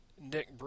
Nick